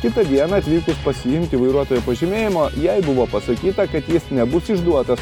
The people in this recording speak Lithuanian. kitą dieną atvykus pasiimti vairuotojo pažymėjimo jai buvo pasakyta kad jis nebus išduotas